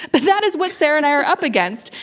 but that is what sarah and i are up against,